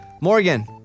Morgan